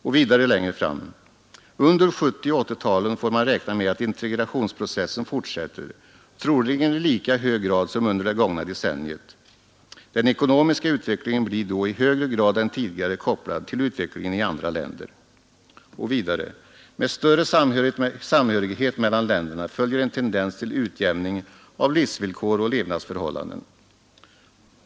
Och längre fram heter det: under 1970 och 1980-talet får man räkna med att integrationsprocessen fortsätter, troligen i lika hög grad som under det gångna decenniet. Den ekonomiska utvecklingen blir då i högre grad än tidigare kopplad till utvecklingen i andra länder. Det heter också: Med större samhörighet mellan länderna följer en tendens till utjämning av livsvillkor och levnadsförhållanden.